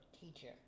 teacher